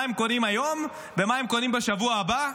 הם קונים היום ומה הם קונים בשבוע הבא.